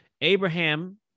Abraham